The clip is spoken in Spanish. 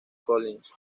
collins